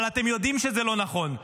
אבל אתם יודעים שזה לא נכון.